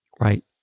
right